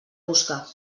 busca